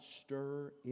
stir